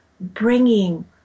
bringing